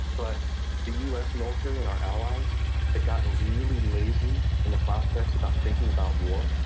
but the us military and our allies had gotten really lazy in the prospects about thinking about war,